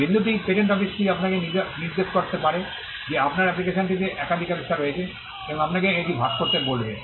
বিন্দুটি পেটেন্ট অফিসটি আপনাকে নির্দেশ করতে পারে যে আপনার অ্যাপ্লিকেশনটিতে একাধিক আবিষ্কার রয়েছে এবং আপনাকে এটি ভাগ করতে বলবে